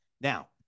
Now